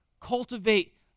cultivate